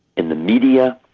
in the media,